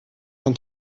von